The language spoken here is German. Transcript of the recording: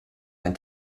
ein